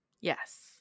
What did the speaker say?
Yes